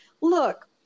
look